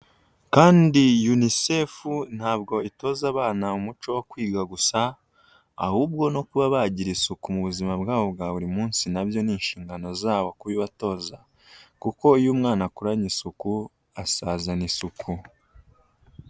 Kandi yunisefu ntabwo itoza abana umuco wo kwiga gusa ahubwo no kuba bagira isuku mu buzima bwabo bwa buri munsi na byo ni inshingano zabo kubibatoza, kuko iyo umwana akuranye isuku asazana isuku.